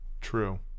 True